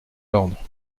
ordres